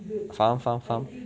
faham faham faham